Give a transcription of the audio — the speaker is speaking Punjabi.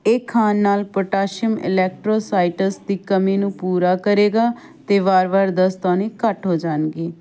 ਇਹ ਖਾਣ ਨਾਲ ਪੋਟਾਸ਼ੀਅਮ ਇਲੈਕਟ੍ਰੋਸਾਈਟਸ ਦੀ ਕਮੀ ਨੂੰ ਪੂਰਾ ਕਰੇਗਾ ਅਤੇ ਵਾਰ ਵਾਰ ਦਸਤ ਆਉਣੇ ਘੱਟ ਹੋ ਜਾਣਗੇ